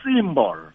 symbol